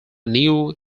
new